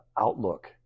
outlook